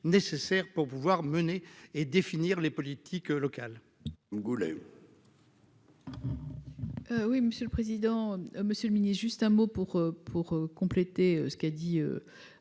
nécessaires pour pouvoir mener et définir les politiques locales